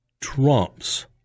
trumps